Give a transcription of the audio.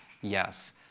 Yes